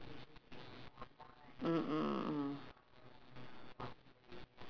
what they use what you you tried it already eh they use what basmati rice ah